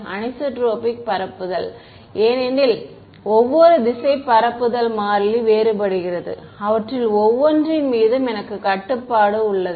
anisotropic பரப்புதல் ஏனெனில் ஒவ்வொரு திசையிலும் பரப்புதல் மாறிலி வேறுபடுகிறது அவற்றில் ஒவ்வொன்றின் மீதும் எனக்கு கட்டுப்பாடு உள்ளது